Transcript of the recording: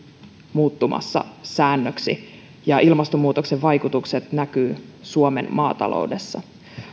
muuttumassa säännöksi ja ilmastonmuutoksen vaikutukset näkyvät suomen maataloudessa